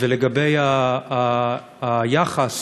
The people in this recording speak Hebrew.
ולגבי היחס